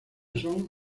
son